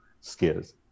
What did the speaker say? skills